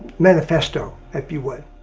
manifesto if you would.